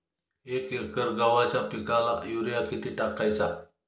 एक एकर गव्हाच्या पिकाला युरिया किती टाकायचा?